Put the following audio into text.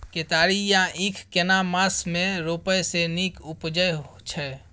केतारी या ईख केना मास में रोपय से नीक उपजय छै?